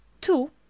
Two